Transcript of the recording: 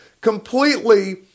completely